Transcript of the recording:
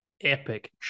epic